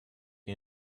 die